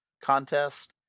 contest